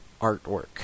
artwork